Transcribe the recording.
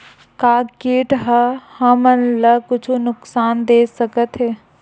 का कीट ह हमन ला कुछु नुकसान दे सकत हे?